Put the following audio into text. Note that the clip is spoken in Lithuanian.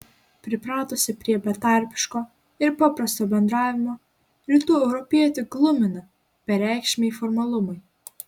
pripratusį prie betarpiško ir paprasto bendravimo rytų europietį glumina bereikšmiai formalumai